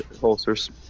Holsters